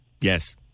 Yes